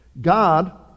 God